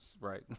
Right